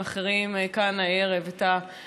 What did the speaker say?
עם ישראל מחכה לחוק הזה 70 שנה.